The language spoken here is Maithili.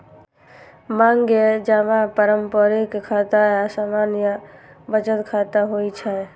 मांग जमा पारंपरिक खाता आ सामान्य बचत खाता होइ छै